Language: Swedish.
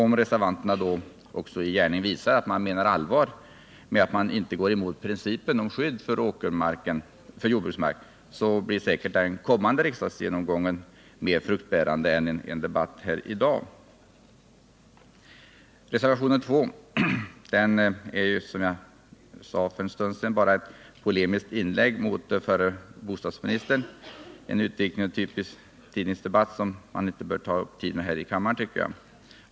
Om reservanterna då också i gärning visar att man menar allvar med att man inte går emot principer om skydd för jordbruksmark, blir säkerligen den kommande riksdagsgenomgången mer fruktbärande än en debatt här i dag. Reservationen 2 är — som jag nyss antytt — bara ett polemiskt inlägg mot förra bostadsministern. Det är en typisk tidningsdebatt, som jag inte tycker att man bör ta upp kammarens tid med.